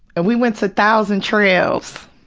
and we went to thousand trails.